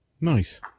Nice